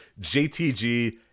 JTG